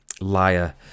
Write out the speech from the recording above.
Liar